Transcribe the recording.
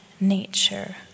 nature